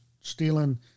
stealing